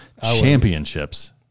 championships